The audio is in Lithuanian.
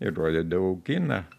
ir rodydavau kiną